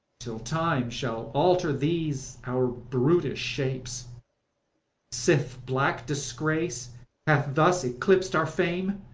till time shall alter these our brutish shapes sith black disgrace hath thus eclips'd our fame,